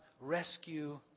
rescue